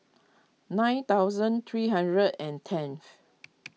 nine thousand three hundred and tenth